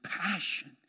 passion